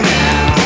now